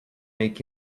make